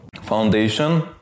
foundation